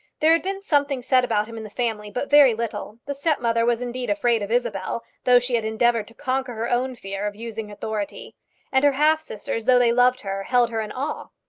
there had been something said about him in the family, but very little. the stepmother was indeed afraid of isabel, though she had endeavoured to conquer her own fear of using authority and her half-sisters, though they loved her, held her in awe.